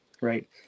Right